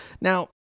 Now